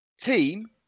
Team